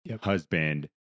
husband